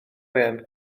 arian